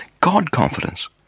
God-confidence